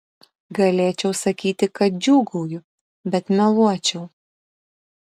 galėčiau sakyti kad džiūgauju bet meluočiau